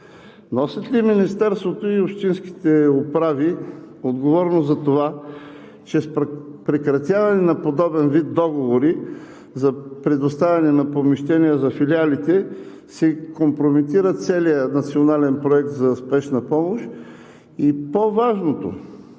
носят ли Министерството и общинските управи отговорност за това, че с прекратяване на подобен вид договори за предоставяне на помещения за филиалите се компрометира целият национален проект за Спешна помощ? И по-важното: